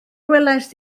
welaist